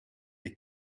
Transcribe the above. die